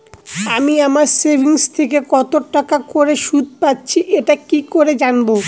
আমি আমার সেভিংস থেকে কতটাকা করে সুদ পাচ্ছি এটা কি করে জানব?